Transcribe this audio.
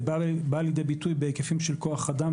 זה בא לידי ביטוי בהיקפים של כוח אדם,